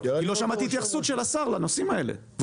כי לא שמעתי התייחסות של השר לנושאים האלה.